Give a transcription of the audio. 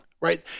Right